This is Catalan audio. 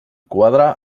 quadre